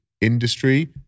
industry